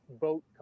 boat